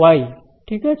Y ঠিক আছে